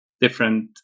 different